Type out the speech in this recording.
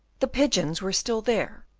the pigeons were still there,